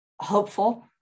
Hopeful